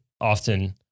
often